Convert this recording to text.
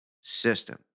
system